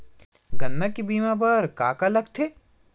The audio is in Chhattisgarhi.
गन्ना के बीमा बर का का लगथे?